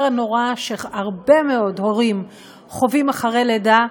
הנורא שהרבה מאוד הורים חווים אחרי לידה,